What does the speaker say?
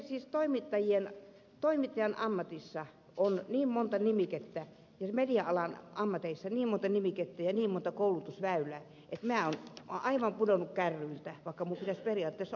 siis toimittajan ammatissa on niin monta nimikettä ja media alan ammateissa niin monta nimikettä ja niin monta koulutusväylää että minä olen aivan pudonnut kärryiltä vaikka minun pitäisi periaatteessa olla kärryillä